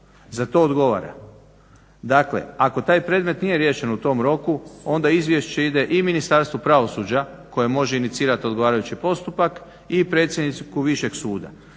Za to odgovara. Dakle, ako taj predmet nije riješen u tom roku, onda izvješće ide i Ministarstvu pravosuđa koje može inicirati odgovarajući postupak, i predsjedniku višeg suda.